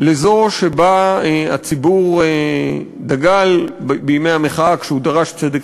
לזו שבה הציבור דגל בימי המחאה כשהוא דרש צדק